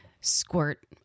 squirt